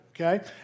okay